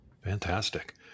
Fantastic